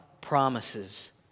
promises